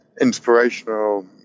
inspirational